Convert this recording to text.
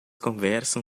conversam